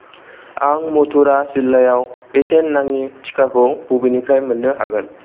आं मथुरा जिल्लायाव बेसेन नाङि टिकाखौ बबेनिफ्राय मोन्नो हागोन